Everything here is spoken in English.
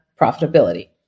profitability